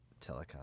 Telecom